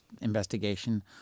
investigation